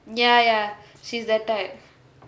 ya ya she's that type